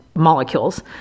molecules